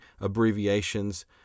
abbreviations